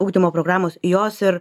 ugdymo programos jos ir